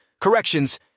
corrections